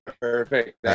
Perfect